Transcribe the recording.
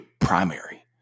primary